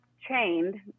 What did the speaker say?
chained